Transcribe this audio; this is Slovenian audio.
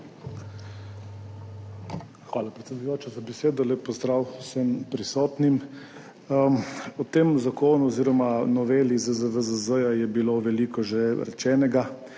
Hvala, predsedujoča, za besedo. Lep pozdrav vsem prisotnim! O tem zakonu oziroma noveli ZZVZZ je bilo veliko že rečenega.